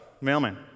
mailman